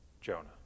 Jonah